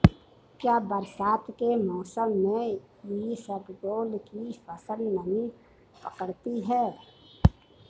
क्या बरसात के मौसम में इसबगोल की फसल नमी पकड़ती है?